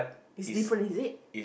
is different is it